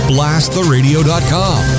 BlastTheRadio.com